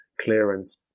clearance